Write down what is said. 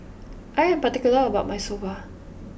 I am particular about my Soba